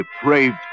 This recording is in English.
depraved